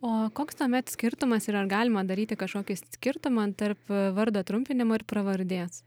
o koks tuomet skirtumas ir ar galima daryti kažkokį skirtumą tarp vardo trumpinimo ir pravardės